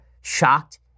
shocked